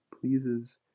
pleases